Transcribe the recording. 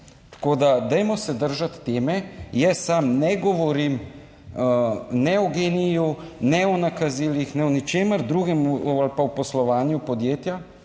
Tako, da dajmo se držati teme. Jaz sam ne govorim ne o GEN-I-ju, ne o nakazilih, ne o ničemer drugem ali pa o poslovanju podjetja.